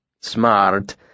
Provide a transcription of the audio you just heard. Smart